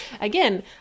again